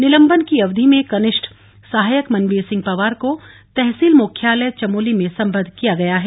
निलंबन की अवधि में कनिष्ठ सहायक मनवीर सिंह पंवार को तहसील मुख्यालय चमोली में सम्बद्व किया गया है